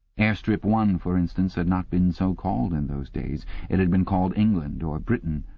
airstrip one, for instance, had not been so called in those days it had been called england or britain,